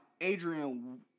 Adrian